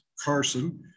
Carson